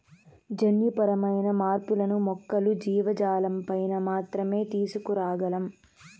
జన్యుపరమైన మార్పులను మొక్కలు, జీవజాలంపైన మాత్రమే తీసుకురాగలం